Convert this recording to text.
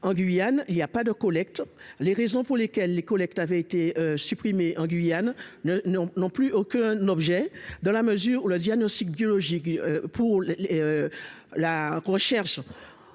en Guyane, il y a pas de collecte, les raisons pour lesquelles les collectes avait été supprimé en Guyane non non plus aucun objet dans la mesure où le diagnostic biologique pour les